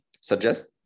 suggest